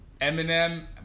eminem